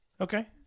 Okay